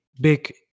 big